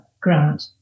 Grant